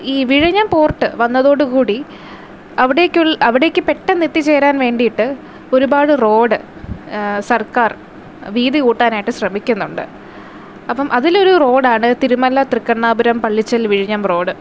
ഈ വിഴിഞ്ഞം പോർട്ട് വന്നതോടുകൂടി അവിടേക്കുളള അവിടേക്ക് പെട്ടെന്ന് എത്തിച്ചേരാൻ വേണ്ടിയിട്ട് ഒരുപാട് റോഡ് സർക്കാർ വീതി കൂട്ടാനായിട്ട് ശ്രമിക്കുന്നുണ്ട് അപ്പം അതിലൊരു റോഡാണ് തിരുമല തൃക്കണ്ണാപുരം പള്ളിച്ചൽ വിഴിഞ്ഞം റോഡ്